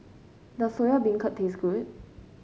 does Soya Beancurd taste good